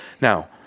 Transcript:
Now